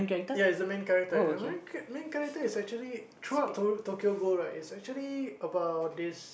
ya he's the main character main character is actually throughout Tokyo ghouls right is actually about this